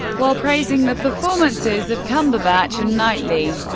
while praising the performances of cumberbatch and knightley,